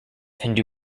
hindu